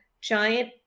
giant